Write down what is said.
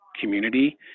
Community